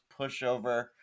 pushover